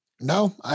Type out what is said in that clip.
No